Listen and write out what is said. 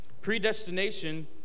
predestination